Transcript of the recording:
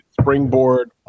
springboard